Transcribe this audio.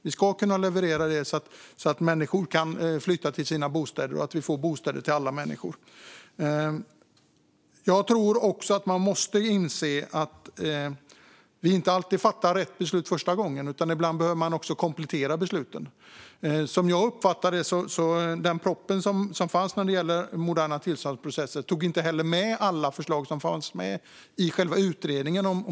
Vi ska kunna leverera el så att människor kan flytta till sina bostäder och så att vi får bostäder till alla människor. Vi måste också inse att vi inte alltid fattar rätt beslut första gången utan att vi ibland behöver komplettera besluten. Som jag uppfattade det tog man i propositionen om moderna tillståndsprocesser inte med alla förslag som fanns i själva utredningen.